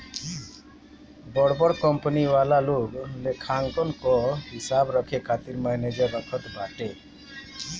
बड़ बड़ कंपनी वाला लोग लेखांकन कअ हिसाब रखे खातिर मनेजर रखत बाटे